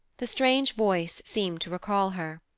the strange voice seemed to recall her.